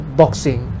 boxing